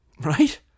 Right